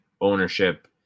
ownership –